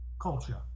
culture